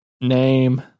name